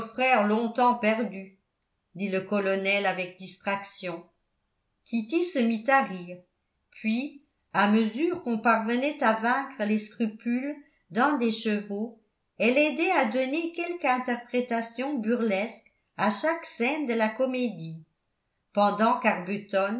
frère longtemps perdu dit le colonel avec distraction kitty se mit à rire puis à mesure qu'on parvenait à vaincre les scrupules d'un des chevaux elle aidait à donner quelque interprétation burlesque à chaque scène de la comédie pendant